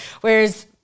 Whereas